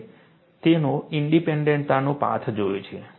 આપણે તેનો ઇન્ડીપેન્ડન્ટતાનો પાથ જોયો છે